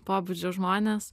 pobūdžio žmonės